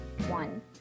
one